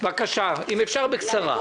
בבקשה, ואם אפשר אז בקצרה.